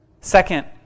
Second